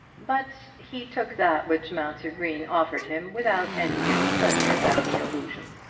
but he took that which mounser green offered him without any displeasure at the allusion.